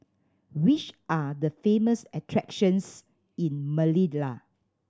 which are the famous attractions in Manila